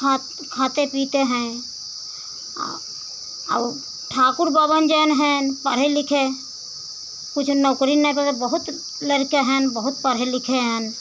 खा खाते पीते हैं और ठाकुर बवन जौन हैं पढ़े लिखे कुछ नौकरी नहीं पा बहुत लड़का हैं बहुत पढ़े लिखे हैं